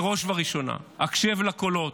בראש ובראשונה הקשב לקולות,